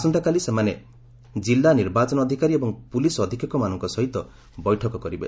ଆସନ୍ତାକାଲି ସେମାନେ ଜିଲ୍ଲା ନିର୍ବାଚନ ଅଧିକାରୀ ଏବଂ ପୁଲିସ ଅଧୀକ୍ଷକମାନଙ୍କ ସହିତ ବୈଠକ କରିବେ